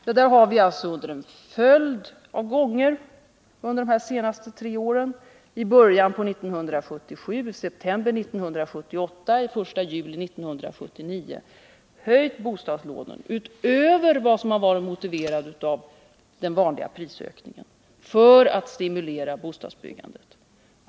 Där har vi alltså flera gånger under de senaste tre åren — i början av 1977, i september 1978 och den 1 juli 1979 — höjt bostadslånet utöver vad som varit motiverat av den vanliga prisökningen för att stimulera bostadsbyggandet.